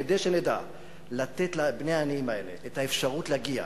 כדי שנדע לתת לבני העניים האלה את האפשרות להגיע,